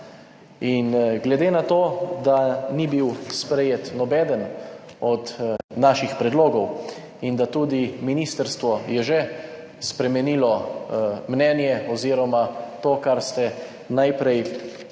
In glede na to, da ni bil sprejet nobeden od naših predlogov, in da tudi ministrstvo je že spremenilo mnenje oziroma to, kar ste najprej